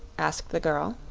asked the girl.